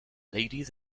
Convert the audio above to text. ladies